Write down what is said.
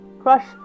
Crush